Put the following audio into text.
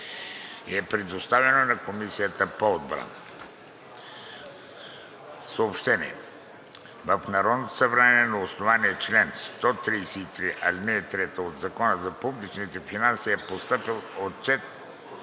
е предоставено на Комисията по отбрана.